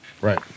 Right